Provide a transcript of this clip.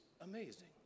amazing